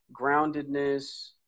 groundedness